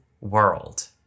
world